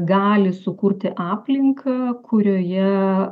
gali sukurti aplinką kurioje